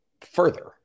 further